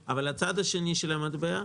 אבל הצד השני של המטבע,